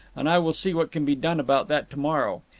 and i will see what can be done about that to-morrow.